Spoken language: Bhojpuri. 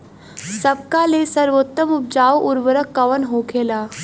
सबका ले सर्वोत्तम उपजाऊ उर्वरक कवन होखेला?